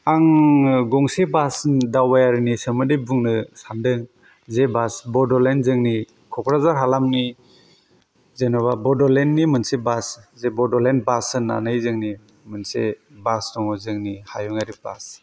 आं गंसे बास दावबायारिनि सोमोन्दै बुंनो सानदों जे बास बडलेण्ड जोंनि क'क्राझार हालामनि जेनेबा बडलेण्डनि मोनसे बास जे बडलेण्ड बास होन्नानै जोंनि मोनसे बास दङ' जोंनि हायुङारि बास